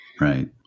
Right